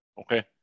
Okay